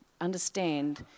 understand